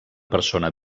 persona